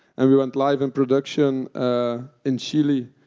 and we went live in production ah in chile,